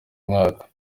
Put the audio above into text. mwaka